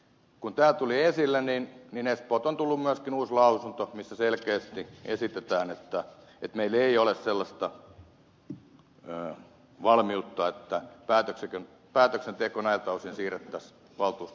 kun tämä tuli esille niin espoolta on tullut myöskin uusi lausunto jossa selkeästi esitetään että ei ole sellaista valmiutta että päätöksenteko näiltä osin kirkas valo